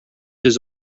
his